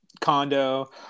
condo